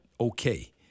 okay